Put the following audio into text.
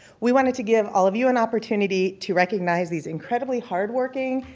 we wanted to give all of you an opportunity to recognize these incredibly hard-working,